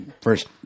First